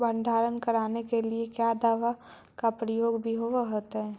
भंडारन करने के लिय क्या दाबा के प्रयोग भी होयतय?